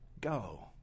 go